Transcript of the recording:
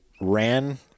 ran